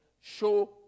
show